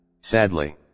sadly